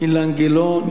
אילן גילאון.